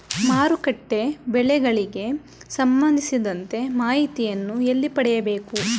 ಮಾರುಕಟ್ಟೆ ಬೆಲೆಗಳಿಗೆ ಸಂಬಂಧಿಸಿದಂತೆ ಮಾಹಿತಿಯನ್ನು ಎಲ್ಲಿ ಪಡೆಯಬೇಕು?